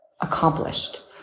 accomplished